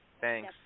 Thanks